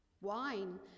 wine